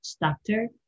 doctor